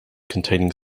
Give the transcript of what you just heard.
containing